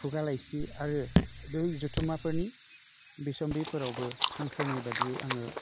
खुगा लाइसि आरो बे जथुम्माफोरनि बिसम्बिफोरावबो हांख्रायनाय बादियै आङो